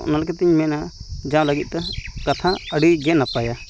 ᱚᱱᱟ ᱞᱟᱹᱜᱤᱫ ᱛᱤᱧ ᱢᱮᱱᱟ ᱡᱟᱦᱟᱸ ᱞᱟᱹᱜᱤᱫ ᱛᱮ ᱠᱟᱛᱷᱟ ᱟᱹᱰᱤᱜᱮ ᱱᱟᱯᱟᱭᱟ